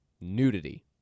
nudity